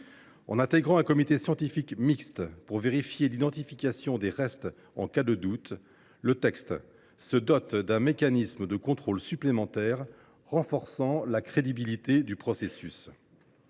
En intégrant un comité scientifique mixte pour vérifier l’identification des restes en cas de doute, le texte se dote d’un mécanisme de contrôle supplémentaire, renforçant la crédibilité du processus.